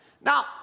Now